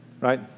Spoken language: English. right